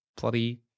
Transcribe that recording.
bloody